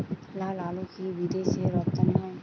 লালআলু কি বিদেশে রপ্তানি হয়?